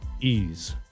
ease